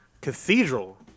Cathedral